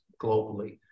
globally